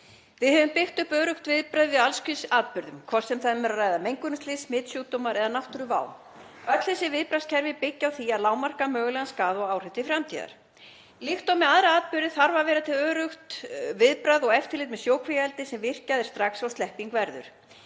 Við höfum byggt upp örugg viðbrögð við alls kyns atburðum, hvort sem um er að ræða mengunarslys, smitsjúkdóma eða náttúruvá. Öll þessi viðbragðskerfi byggja á því að lágmarka mögulegan skaða og áhrif til framtíðar. Líkt og með aðra atburði þarf að vera til öruggt viðbragð og eftirlit með sjókvíaeldi sem virkjað er strax og slepping verður.